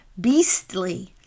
Beastly